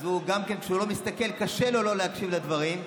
אז גם כשהוא לא מסתכל, קשה לו לא להקשיב לדברים,